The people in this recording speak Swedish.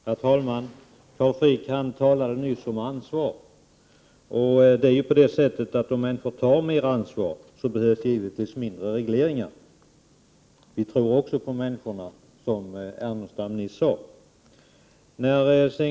Herr talman! Carl Frick talade nyss om ansvar. Om människor tar mer ansvar behövs givetvis färre regleringar. Också vi i moderata samlingspartiet tror på människorna, som Lars Ernestam nyss sade för folkpartiets räkning.